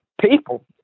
people